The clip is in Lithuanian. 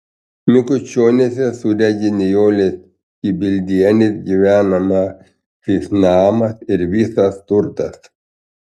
megučioniuose sudegė nijolės kibildienės gyvenamasis namas ir visas turtas